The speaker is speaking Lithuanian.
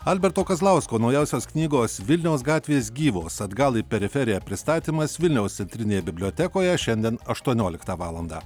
alberto kazlausko naujausios knygos vilniaus gatvės gyvos atgal į periferiją pristatymas vilniaus centrinėje bibliotekoje šiandien aštuonioliktą valandą